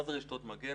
מה זה רשתות מגן?